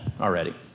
already